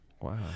Wow